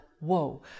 whoa